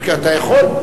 אני מבקש, אתה יכול.